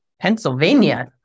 Pennsylvania